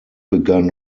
begann